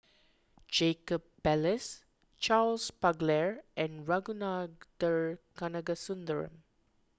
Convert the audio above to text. Jacob Ballas Charles Paglar and Ragunathar Kanagasuntheram